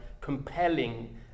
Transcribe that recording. compelling